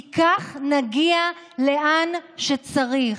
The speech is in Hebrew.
כי כך נגיע לאן שצריך.